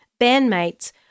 bandmates